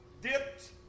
dipped